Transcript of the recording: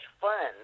fun